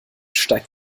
steigt